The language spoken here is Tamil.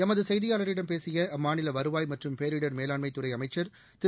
எமது செய்தியாளரிடம் பேசிய அம்மாநில வருவாய் மற்றும் பேரிடர் மேலாண்மைத் துறை அமைச்சர் திரு